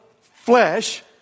flesh